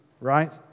right